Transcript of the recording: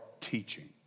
teaching